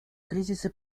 кризисы